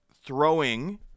throwing